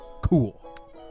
cool